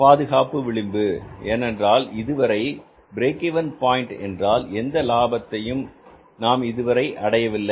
பாதுகாப்பு விளிம்பு ஏனென்றால் இதுவரை பிரேக் இவென் பாயின்ட் என்றால் எந்த லாபத்தையும் நாம் இதுவரை அடையவில்லை